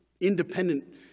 independent